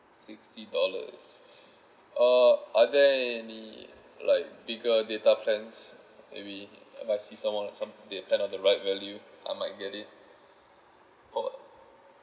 sixty dollars uh are there any like bigger data plans maybe must see some more some data at the right value I might get it for